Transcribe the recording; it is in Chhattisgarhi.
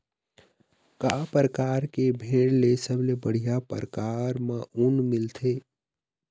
का परकार के भेड़ ले सबले बढ़िया परकार म ऊन मिलथे?